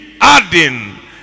adding